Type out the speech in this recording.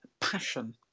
passion